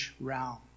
realm